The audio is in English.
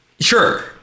sure